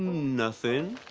nothing